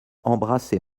embrasser